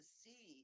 see